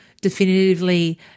definitively